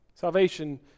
Salvation